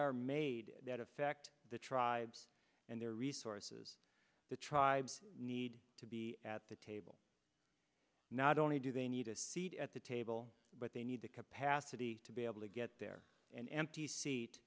are made that affect the tribes and their resources the tribes need to be at the table not only do they need a seat at the table but they need the capacity to be able to get there an empty seat